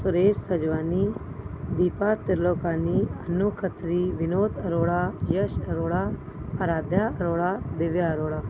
Suresh Sajwani Deepa Trilokani Anu Khatri Vinod Arora Yash Arora Aradhya Arora Divya Arora